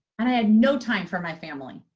and i had no time for my family,